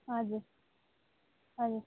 हजुर हजुर